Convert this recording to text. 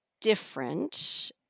different